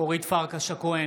אורית פרקש הכהן,